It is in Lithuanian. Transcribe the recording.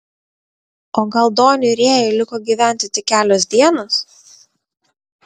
o gal doniui rėjui liko gyventi tik kelios dienos